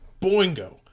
Boingo